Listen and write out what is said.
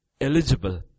eligible